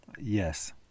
Yes